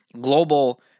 global